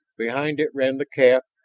behind it ran the calf,